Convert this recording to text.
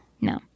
No